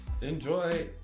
Enjoy